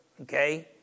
Okay